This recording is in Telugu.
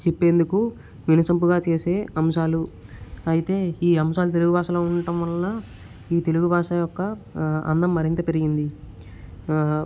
చెప్పేందుకు వినసొంపుగా చేసే అంశాలు అయితే ఈ అంశాలు తెలుగు భాషలో ఉండడం వలన ఈ తెలుగు భాష యొక్క అందం మరింత పెరిగింది